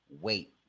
wait